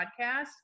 podcast